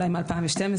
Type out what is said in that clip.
אולי מ-2012,